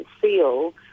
feel